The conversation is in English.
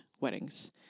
weddings